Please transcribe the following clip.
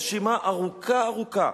רשימה ארוכה-ארוכה,